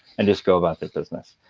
and just go about their business.